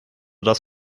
das